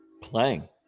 playing